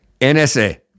NSA